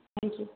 ٹھیک ہے